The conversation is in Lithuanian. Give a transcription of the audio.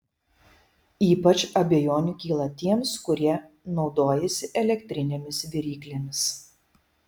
ypač abejonių kyla tiems kurie naudojasi elektrinėmis viryklėmis